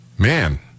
man